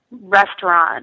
restaurant